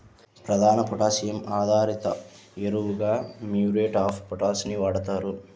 ప్రధాన పొటాషియం ఆధారిత ఎరువుగా మ్యూరేట్ ఆఫ్ పొటాష్ ని వాడుతారు